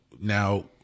now